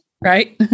Right